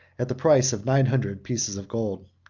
at the price of nine hundred pieces of gold.